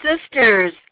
sisters